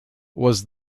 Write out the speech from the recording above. was